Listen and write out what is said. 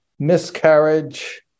Miscarriage